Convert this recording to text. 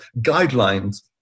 guidelines